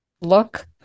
look